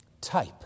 Type